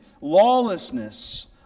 lawlessness